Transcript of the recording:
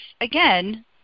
again